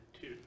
two